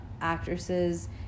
actresses